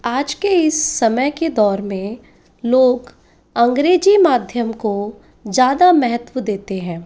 आज के इस समय के दौर में लोग अंग्रेजी माध्यम को ज़्यादा महत्व देते हैं